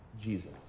Jesus